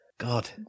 God